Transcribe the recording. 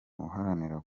uharanira